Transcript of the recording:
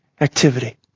activity